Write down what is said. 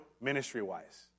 ministry-wise